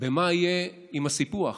במה יהיה עם הסיפוח.